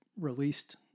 released